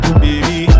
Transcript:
baby